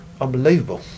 unbelievable